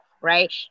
Right